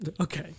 Okay